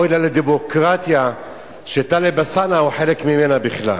אוי לה לדמוקרטיה שטלב אלסאנע הוא חלק ממנה בכלל.